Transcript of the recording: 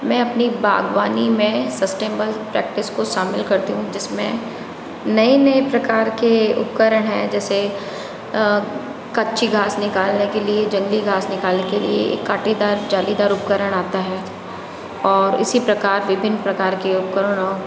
मैं अपनी बागवानी में सस्टेनेबल प्रैक्टिस को शामिल करती हूँ जिसमें नए नए प्रकार के उपकरण है जैसे कच्ची घास निकालने के लिए जंगली घास निकालने के लिए कांटेदार जालीदार उपकरण आता है और इसी प्रकार विभिन्न प्रकार के उपकरणों